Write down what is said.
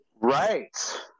right